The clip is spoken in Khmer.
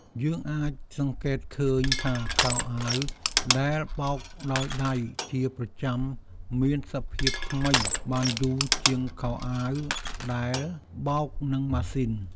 យើងអាចសង្កេតឃើញថាខោអាវដែលបោកដោយដៃជាប្រចាំមានសភាពថ្មីបានយូរជាងខោអាវដែលបោកនឹងម៉ាស៊ីន។